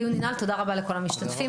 הדיון ננעל, תודה רבה לכל המשתתפים.